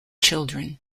children